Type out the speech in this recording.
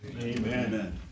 Amen